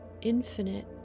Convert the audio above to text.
infinite